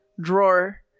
drawer